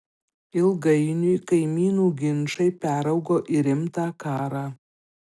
ilgainiui kaimynų ginčai peraugo į rimtą karą